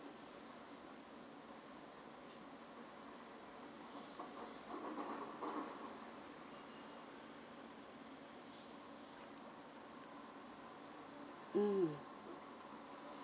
mm